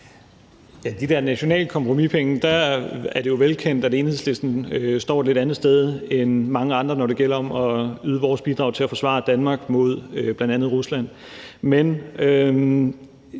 fra det nationale kompromis, er det jo velkendt, at Enhedslisten står et andet sted end mange andre, når det gælder om at yde vores bidrag til at forsvare Danmark mod bl.a. Rusland.